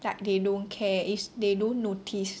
like they don't care is they don't notice